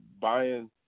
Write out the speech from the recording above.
buying